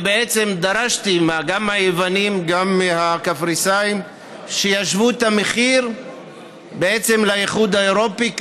בעצם דרשתי גם מהיוונים וגם מהקפריסאים שישוו את המחיר לאיחוד האירופי,